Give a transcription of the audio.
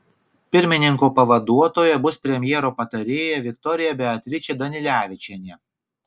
pirmininko pavaduotoja bus premjero patarėja viktorija beatričė danilevičienė